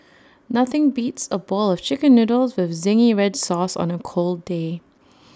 nothing beats A bowl of Chicken Noodles with Zingy Red Sauce on A cold day